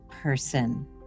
person